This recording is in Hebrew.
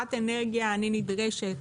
כשרת אנרגיה, אני נדרשת